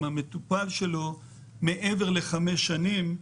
עם המטופל שלו מעבר לחמש שנים.